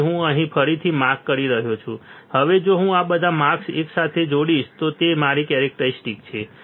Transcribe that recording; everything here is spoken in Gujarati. તેથી હું અહીં ફરીથી માર્ક કરી રહ્યો છું હવે જો હું આ બધા માર્ક્સ એક સાથે જોડીશ તો તે મારી કેરેક્ટરીસ્ટિક્સ છે